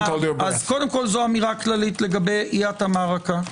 קודם כל זו אמירה כללית לגבי אי התאמה רכה.